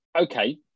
okay